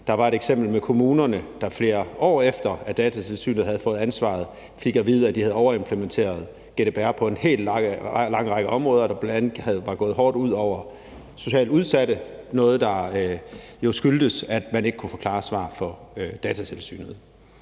Der var et eksempel med kommunerne, der flere år efter at Datatilsynet havde fået ansvaret, fik at vide, at de havde overimplementeret GDPR på en lang række områder, hvilket bl.a. var gået hårdt ud over socialt udsatte. Det var noget, der jo skyldtes, at man ikke kunne få klare svar fra Datatilsynet.